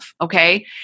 Okay